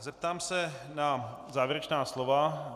Zeptám se na závěrečná slova.